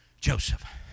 Joseph